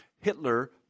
Hitler